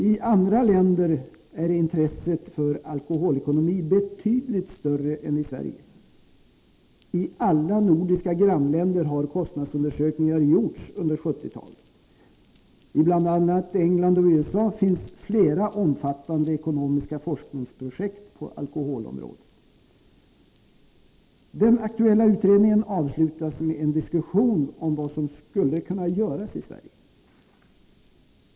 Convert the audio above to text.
I andra länder är intresset för alkoholekonomi betydligt större än i Sverige. I alla nordiska grannländer har kostnadsundersökningar gjorts under 1970-talet. I England och USA finns flera omfattande ekonomiska forskningsprojekt på alkoholområdet. Den aktuella utredningen avslutas med en diskussion om vad som skulle kunna göras i Sverige.